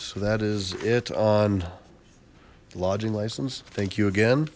so that is it on lodging license thank you again